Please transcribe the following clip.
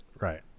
Right